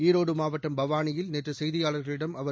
ஈரோடு மாவட்டம் பவாளியில் நேற்று செய்தியாளர்களிடம் அவர்